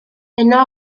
yno